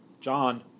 John